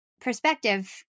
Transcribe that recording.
perspective